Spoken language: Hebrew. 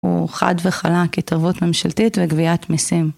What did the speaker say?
הוא חד וחלק התערבות ממשלתית וגביית מסים.